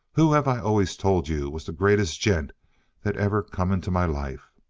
who've i always told you was the greatest gent that ever come into my life?